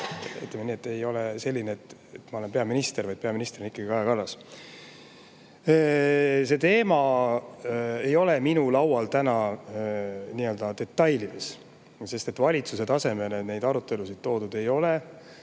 ei ole selline, nagu ma oleksin peaminister, vaid peaminister on ikkagi Kaja Kallas. See teema ei ole minu laual täna detailides, sest valitsuse tasemele neid arutelusid toodud ei ole.